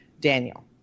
Daniel